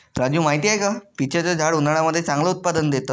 राजू माहिती आहे का? पीच च झाड उन्हाळ्यामध्ये चांगलं उत्पादन देत